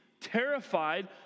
terrified